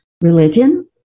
religion